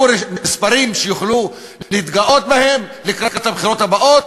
מספרים שיוכלו להתגאות בהם לקראת הבחירות הבאות,